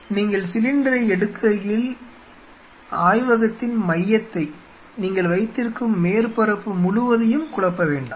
நீங்கள் சிலிண்டரை எடுக்கையில் ஆய்வகத்தின் மையத்தை நீங்கள் வைத்திருக்கும் மேற்பரப்பு முழுவதையும் குழப்ப வேண்டாம்